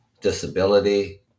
disability